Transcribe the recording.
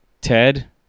Ted